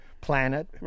planet